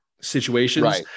situations